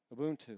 Ubuntu